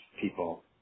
people